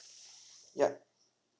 yup